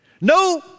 No